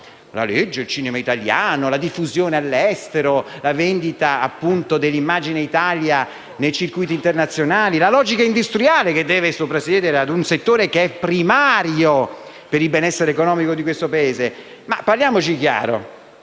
legge, del cinema italiano, della diffusione all'estero, della vendita dell'immagine Italia nei circuiti internazionali, della logica industriale che deve soprasiedere a un settore che è primario per il benessere economico di questo Paese. Parliamoci chiaro: